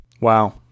Wow